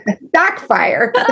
backfire